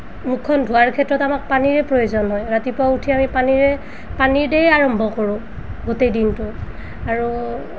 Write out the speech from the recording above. মুখখন ধোৱাৰ ক্ষেত্ৰত আমাক পানীৰে প্ৰয়োজন হয় ৰাতিপুৱা উঠি আমি পানীৰে পানী দ্বাৰাই আৰম্ভ কৰোঁ গোটেই দিনটো আৰু